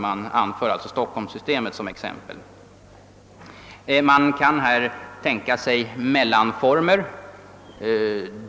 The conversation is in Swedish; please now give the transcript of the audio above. Motionärerna anför detta system som ett exempel. Man kan alltså tänka sig mellanformer.